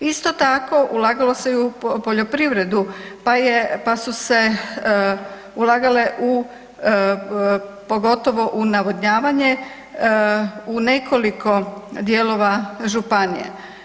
Isto tako, ulagalo se i u poljoprivredu pa su se ulagale u pogotovo u navodnjavanje, u nekoliko dijelova županija.